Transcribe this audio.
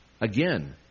Again